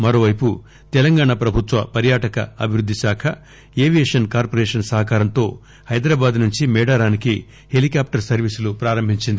మరోవైపు తెలంగాణ ప్రభుత్వ పర్యాటక అభివృద్ది శాఖ ఏవియేషన్ కార్పొరేషన్ సహకారంతో హైదరాబాద్ నుంచి మేడారానికి హెలికాప్టర్ సర్వీసులు ప్రారంభించింది